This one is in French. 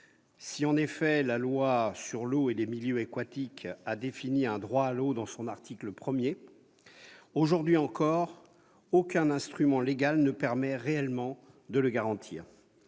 En effet, si la loi sur l'eau et les milieux aquatiques a défini un droit à l'eau à son article 1, aujourd'hui encore aucun instrument légal ne permet réellement de le garantir.